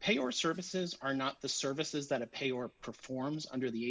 pay or services are not the services that a pay or performs under the